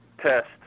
test